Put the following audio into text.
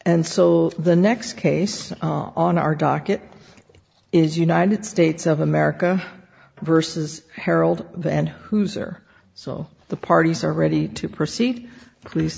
and so the next case on our docket is united states of america versus harold and whose are so the parties are ready to proceed at leas